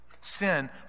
Sin